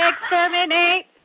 exterminate